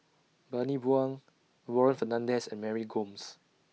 Bani Buang Warren Fernandez and Mary Gomes